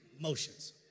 motions